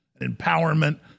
empowerment